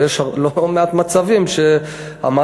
ויש לא מעט מצבים שהמעסיק,